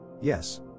Yes